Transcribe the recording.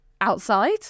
outside